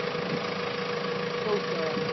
from nova scotia,